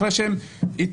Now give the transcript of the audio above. אחרי שהם יתקנו.